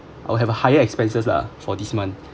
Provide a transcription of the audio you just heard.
I'll have a higher expenses lah for this month